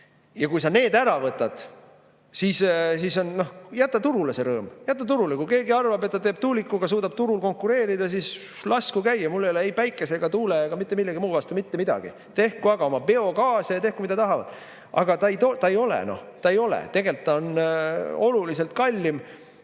Ja kui sa need ära võtad, siis jäta turule see rõõm. Kui keegi arvab, et ta tuulikuga suudab turul konkureerida, siis lasku käia. Mul ei ole ei päikese, tuule ega mitte millegi muu vastu mitte midagi. Tehku aga oma biogaasi ja tehku mida tahavad. Aga ta ei ole noh, ta ei ole. Tegelikult ta on oluliselt kallim.